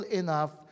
enough